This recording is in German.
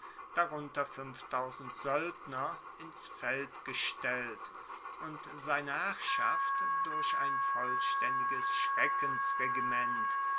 darunter soeldner ins feld gestellt und seine herrschaft durch ein vollstaendiges